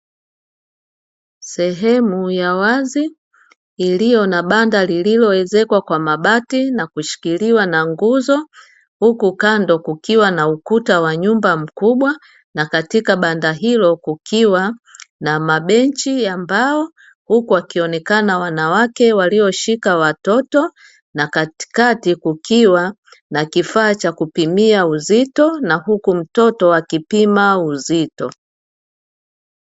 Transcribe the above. Sehemu ya wazi iliyo na banda lililoezekwa kwa mabati na kushikiliwa na nguzo, huku kando kukuwa na ukuta mkubwa na katika banda hilo kukiwa na mabechi ya mbao. Huku wakionekana wanawake walioshika watoto na katikati kukiwa na kifaa cha kupimia uzito na huku mtoto akipima uzito.